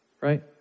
right